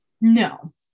No